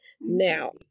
Now